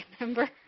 remember